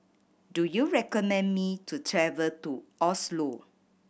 do you recommend me to travel to Oslo